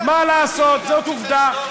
מה לעשות, זאת עובדה.